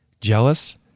jealous